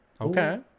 Okay